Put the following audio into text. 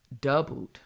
doubled